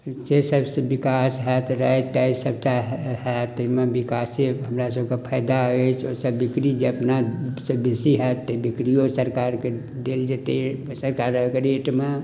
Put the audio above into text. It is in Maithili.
जे सबसँ विकास हैत राइ ताइ सबटा हैत तै मऽ विकासे हमरा सबके फायदा अइछ ओयसँ बिक्री जे अपना सँ बेसी हैत तऽ बिक्रियों सरकार के देल जेतय सरकारक रेट मऽ